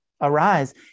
arise